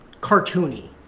cartoony